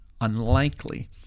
unlikely